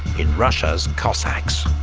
in russia's cossacks.